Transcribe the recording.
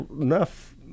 enough